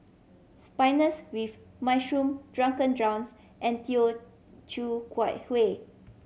Spinals with mushroom drunken and teochew Kuat Hueh